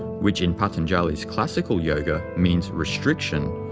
which in patanjali's classical yoga means restriction,